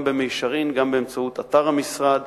גם במישרין גם באמצעות אתר המשרד,